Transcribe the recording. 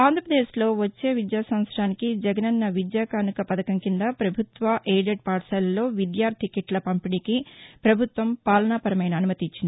ఆంధ్రప్రదేశ్లో వచ్చే విద్యా సంవత్సరానికి జగనన్న విద్యాకానుక పథకం కింద ప్రభుత్వ ఎయిడెడ్ పాఠశాలల్లో విద్యార్థి కీట్ల పంపిణీకి పభుత్వం పాలనాపరమైన అనుమతి ఇచ్చింది